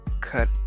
cut